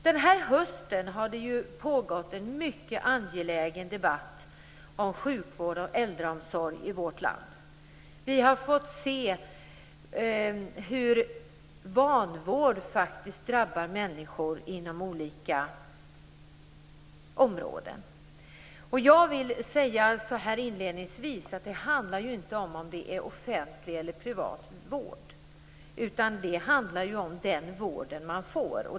Den här hösten har det pågått en mycket angelägen debatt om sjukvård och äldreomsorg i vårt land. Vi har fått se hur vanvård drabbar människor inom olika områden. Jag vill inledningsvis säga att det inte handlar om huruvida det är offentlig eller privat vård, utan det handlar om den vård man får.